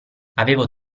avevo